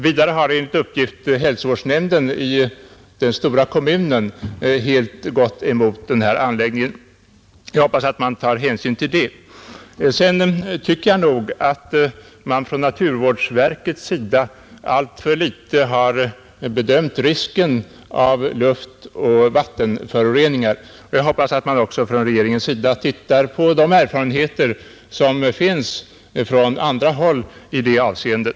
Vidare har, enligt uppgift, hälsovårdsnämnden i den stora kommunen helt gått emot anläggningen. Jag hoppas att regeringen tar hänsyn till detta. Jag tycker att naturvårdsverket i alltför liten utsträckning bedömt risken av luftoch vattenföroreningar. Jag hoppas att regeringen ser på de erfarenheter som finns från andra håll i detta avseende.